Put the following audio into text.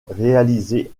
réalisé